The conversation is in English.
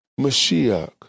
Mashiach